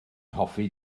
hoffi